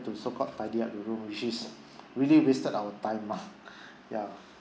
to so called tidy up the room which is really wasted our time ah ya